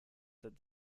that